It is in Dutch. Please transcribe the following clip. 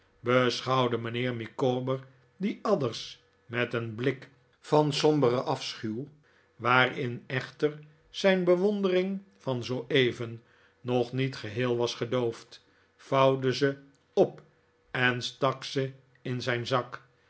mijnheer micawber die adders met een blik van somberen afschuw waarin echter zijn bewondering van zooeven nog niet geheel was gedoofd vouwde ze op en stak ze in zijn zak